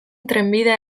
trenbidea